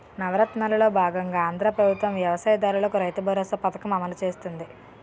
నవరత్నాలలో బాగంగా ఆంధ్రా ప్రభుత్వం వ్యవసాయ దారులకు రైతుబరోసా పథకం అమలు చేస్తుంది